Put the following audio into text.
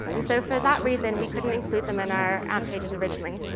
and so for that reason, we couldn't include them in our amp pages originally.